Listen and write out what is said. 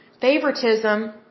favoritism